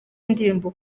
indirimbo